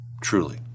Truly